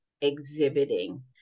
exhibiting